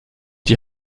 die